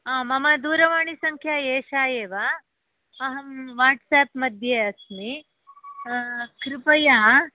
आ मम दूरवाणीसङ्ख्या एषा एव अहं वाट्साप् मध्ये अस्मि कृपया